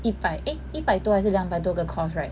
一百 eh 一百多还是两百多个 course right